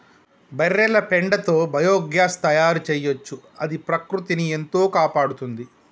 బర్రెల పెండతో బయోగ్యాస్ తయారు చేయొచ్చు అది ప్రకృతిని ఎంతో కాపాడుతుంది